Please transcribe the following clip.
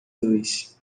dois